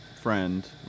friend